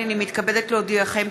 הינני מתכבדת להודיעכם,